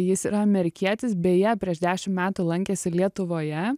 jis yra amerikietis beje prieš dešim metų lankėsi lietuvoje